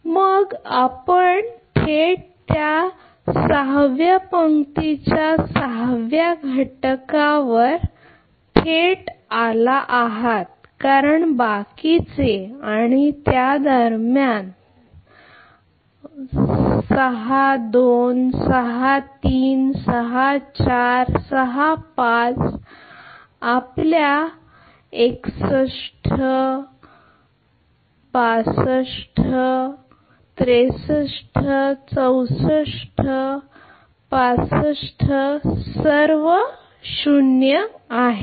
तर हे मग आपण थेट त्या सहाव्या पंक्तीच्या सहाव्या घटकावर थेट आला आहात कारण बाकीचे आणि त्या दरम्यान जे आपण म्हणतो त्या सहा दोन सहा तीन सहा चार सहा पाच आपल्या 61 एक 62 एक 63 एक 64 एक 65 सर्व शून्य आहेत